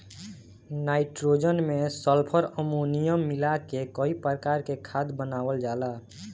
nitrogen में sulphur, ammonium मिला के कई प्रकार से खाद बनावल जाला